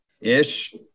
ish